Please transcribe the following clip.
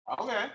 Okay